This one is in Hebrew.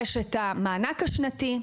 יש את המענק השנתי,